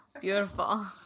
Beautiful